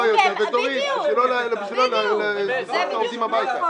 יותר ותוריד בשביל לא לזרוק את העובדים הביתה.